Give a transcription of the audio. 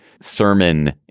sermon